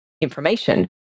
information